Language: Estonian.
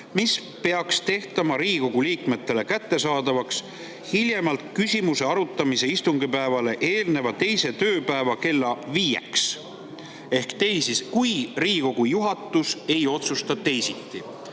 mis peaks tehtama Riigikogu liikmetele kättesaadavaks hiljemalt küsimuse arutamise istungipäevale eelneva teise tööpäeva kella viieks, kui Riigikogu juhatus ei otsusta teisiti. Ja